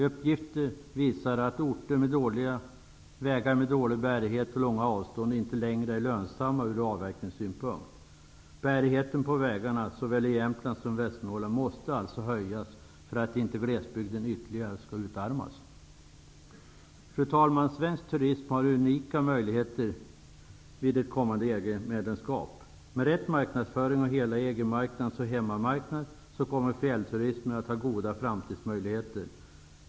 Uppgifter visar att orter med vägar med dålig bärighet och långa avstånd inte längre är lönsamma ur avverkningsynpunkt. Bärigheten på vägarna i såväl Jämtland som Västernorrland måste alltså höjas för att inte glesbygden ytterligare skall utarmas. Fru talman! Svensk turism har unika möjligheter vid ett kommande EG-medlemskap. Med rätt marknadsföring och hela EG-marknaden som hemmamarknad kommer fjällturismen att ha goda framtidsmöjligheter.